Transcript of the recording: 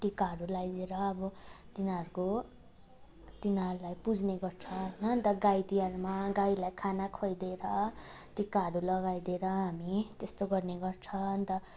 टिकाहरू लाइदिएर अब तिनीहरूको तिनीहरूलाई पुज्ने गर्छ होइन अन्त गाई तिहारमा गाईलाई खाना खुवाइदिएर टिकाहरू लगाइदिएर हामी त्यस्तो गर्ने गर्छ अन्त